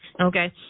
okay